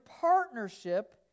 partnership